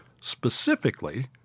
specifically